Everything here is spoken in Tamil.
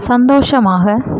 சந்தோஷமாக